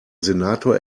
senator